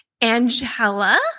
Angela